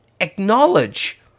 acknowledge